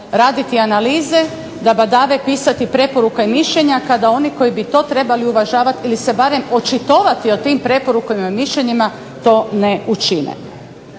raditi analize, da badave pisati preporuke i mišljenja kada oni koji bi to trebali uvažavati ili se barem očitovati o tim preporukama i mišljenjima to ne učine.